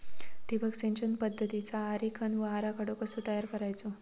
ठिबक सिंचन पद्धतीचा आरेखन व आराखडो कसो तयार करायचो?